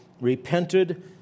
repented